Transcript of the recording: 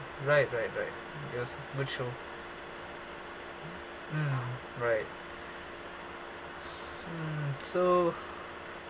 right right right it was good show mm right s~ hmm so